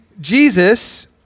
Jesus